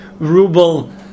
Ruble